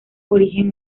origen